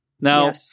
Now